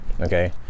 Okay